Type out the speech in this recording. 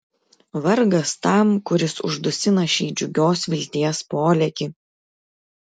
vargas tam kuris uždusina šį džiugios vilties polėkį